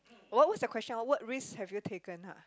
what what's the question ah what risks have you taken ha